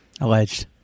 Alleged